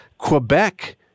Quebec